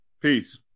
Peace